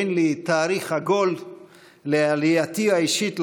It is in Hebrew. אין לי תאריך עגול לעלייתי האישית לארץ,